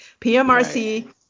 PMRC